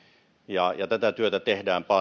ja tätä työtä tehdään